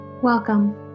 Welcome